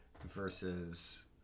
versus